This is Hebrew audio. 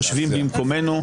חושבים במקומנו --- מזעזע.